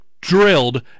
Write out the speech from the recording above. drilled